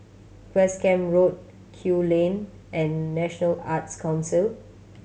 West Camp Road Kew Lane and National Arts Council